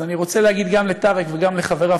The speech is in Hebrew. אז אני רוצה להגיד גם לטארק וגם לחבריו,